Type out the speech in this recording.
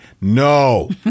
no